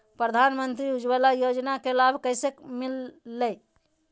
प्रधानमंत्री उज्वला योजना के लाभ कैसे मैलतैय?